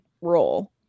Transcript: role